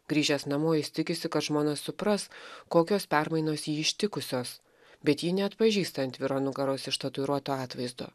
grįžęs namo jis tikisi kad žmona supras kokios permainos jį ištikusios bet ji neatpažįsta ant vyro nugaros ištatuiruoto atvaizdo